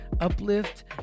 Uplift